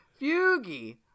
fugie